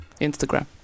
Instagram